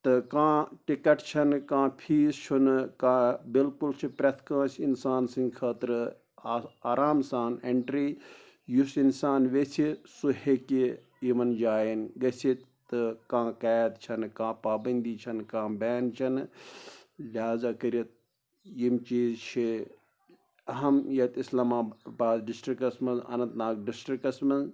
تہٕ کانٛہہ ٹِکَٹ چھَنہٕ کانٛہہ فیٖس چھُنہٕ کانٛہہ بالکُل چھُ پرٮ۪تھ کٲنٛسِہ اِنسان سٕنٛد خٲطرٕ اَتھ آرام سان اٮ۪نٹرٛی یُس اِنسان ویٚژھِ سُہ ہٮ۪کہِ یِمَن جایَن گٔژھتھ تہٕ کانٛہہ قید چھَنہٕ کانٛہہ پابنٛدی چھَنہٕ کانٛہہ بین چھَنہٕ لِحاظہ کٔرِتھ یِم چیٖز چھِ اَہَم یَتھ اِسلام آباد ڈِسٹِرٛکَس منٛز اننت ناگ ڈِسٹِرٛکَس منٛز